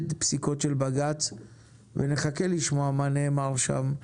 פסיקות של בג"ץ ונחכה לשמוע מה נאמר שם.